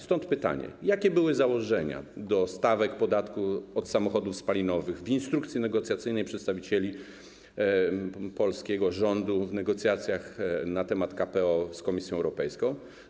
Stąd pytanie: Jakie były założenia dotyczące stawek podatku od samochodów spalinowych w instrukcji negocjacyjnej przedstawicieli polskiego rządu w negocjacjach na temat KPO z Komisją Europejską?